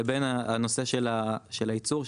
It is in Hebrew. לבין הנושא של הייצור,